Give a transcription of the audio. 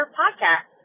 podcast